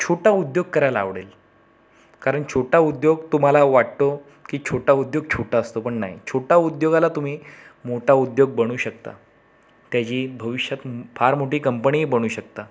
छोटा उद्योग करायला आवडेल कारण छोटा उद्योग तुम्हाला वाटतो की छोटा उद्योग छोटा असतो पण नाही छोटा उद्योगाला तुम्ही मोटा उद्योग बनू शकता त्याची भविष्यात फार मोठी कंपनीही बनू शकता